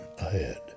ahead